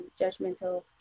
judgmental